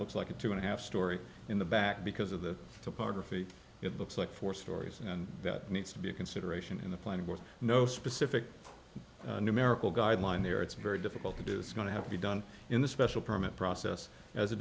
looks like a two and a half story in the back because of the topography it looks like four stories and that needs to be a consideration in the planning was no specific numerical guideline there it's very difficult to do is going to have to be done in the special permit process as a